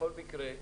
בכל מקרה,